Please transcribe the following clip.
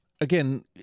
again